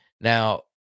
Now